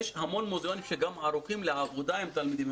יש המון מוזיאונים שגם ערוכים לעבודה עם תלמידים.